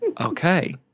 Okay